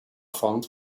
found